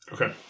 Okay